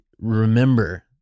remember